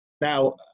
Now